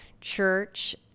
church